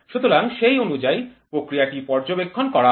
সুতরাং সেই অনুযায়ী প্রক্রিয়াটি পর্যবেক্ষণ করা হয়